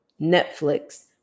Netflix